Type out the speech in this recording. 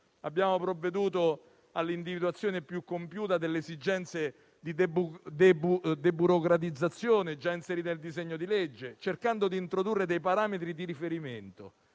Abbiamo provveduto all'individuazione più compiuta delle esigenze di deburocratizzazione, già inserite nel disegno di legge, cercando di introdurre parametri di riferimento